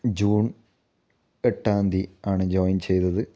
June എട്ടാം തീയതി ആണ് ജോയിൻ ചെയ്തത്